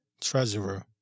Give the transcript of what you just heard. treasurer